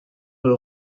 will